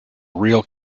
real